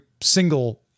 single